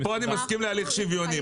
כאן אני מסכים להליך שוויוני.